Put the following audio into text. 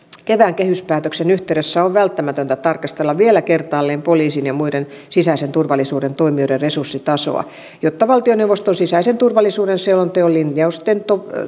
kevään kehyspäätöksen yhteydessä on välttämätöntä tarkastella vielä kertaalleen poliisin ja muiden sisäisen turvallisuuden toimijoiden resurssitasoa jotta valtioneuvoston sisäisen turvallisuuden selonteon linjausten